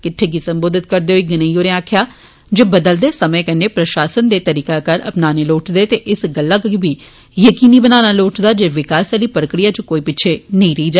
किटठे गी सम्बोधित करदे होई गनेई होरें आक्खेया जे बदलदे समें कन्नै प्रशासन दे तरीकाकार अपनाने लोइचदे ते इस गल्ला गी बी यकीनी बनाना लोइचदा जे पिच्छे आली प्रक्रिया इच कोई पिच्छे नेंई रेइ जा